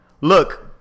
look